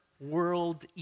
world